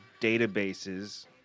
databases